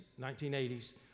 1980s